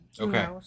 Okay